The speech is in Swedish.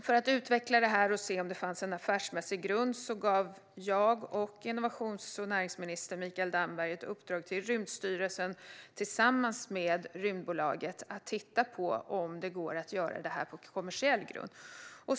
För att utveckla detta och se om det finns en affärsmässig grund gav jag och närings och innovationsminister Mikael Damberg i uppdrag till Rymdstyrelsen och Rymdaktiebolaget att tillsammans titta på om det går att göra det här på kommersiell grund.